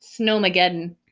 Snowmageddon